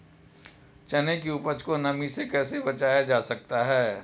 चने की उपज को नमी से कैसे बचाया जा सकता है?